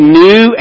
new